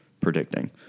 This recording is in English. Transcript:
predicting